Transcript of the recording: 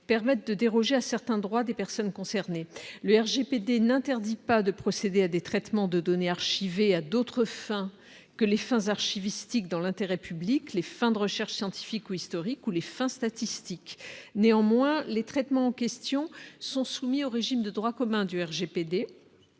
permettent de déroger à certains droits des personnes concernées, le RGPD n'interdit pas de procéder à des traitements de données archivées à d'autres fins que les fins archiviste dans l'intérêt public, les fins de recherches scientifiques ou historiques ou les fins statistiques néanmoins les traitements en question sont soumis au régime de droit commun du RGPD